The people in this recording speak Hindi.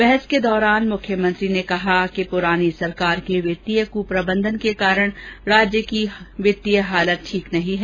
बहस के दौरान मुख्यमंत्री ने कहा कि पुरानी सरकार के वित्तीय कुप्रबंधन के कारण राज्य की वित्तीय स्थिति ठीक नहीं है